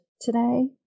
today